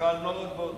בנוער הגבעות.